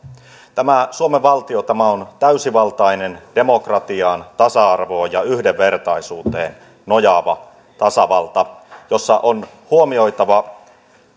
tämä suomen valtio on täysivaltainen demokratiaan tasa arvoon ja yhdenvertaisuuteen nojaava tasavalta jossa on huomioitava